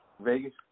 Vegas